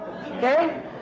Okay